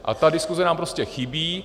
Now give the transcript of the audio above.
A ta diskuse nám prostě chybí.